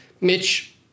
Mitch